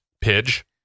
Pidge